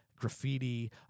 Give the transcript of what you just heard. graffiti